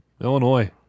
Illinois